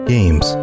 Games